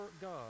God